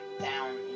down